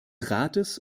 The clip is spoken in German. rates